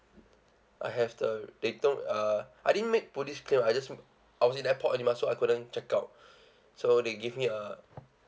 I have the they told uh I didn't make police claim I just I was in airport already mah so I couldn't check out so they give me a